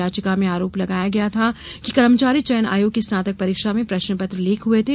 याचिका में आरोप लगाया था कि कर्मचारी चयन आयोग की स्नातक परीक्षा में प्रश्नपत्र लीक हुये थे